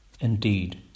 indeed